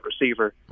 receiver